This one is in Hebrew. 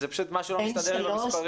משהו פשוט לא מסתדר לי במספרים.